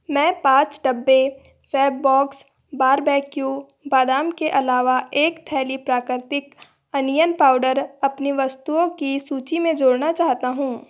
मैं पाँच डब्बे फ़ेबबॉक्स बारबेक्यू बादाम के अलावा एक थैली प्राकृतिक अनियन पाउडर अपनी वस्तुओं की सूची में जोड़ना चाहता हूँ